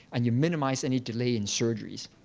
and you minimize any delay in surgeries.